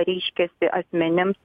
reiškiasi asmenims